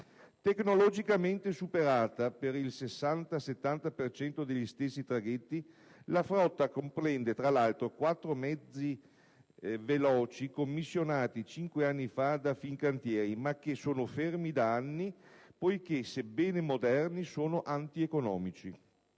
Tecnologicamente superata per il 60-70 per cento degli stessi traghetti, la flotta comprende, tra 1'altro, quattro mezzi veloci commissionati cinque anni fa a Fincantieri, ma che sono fermi da anni poiché, sebbene moderni, sono antieconomici: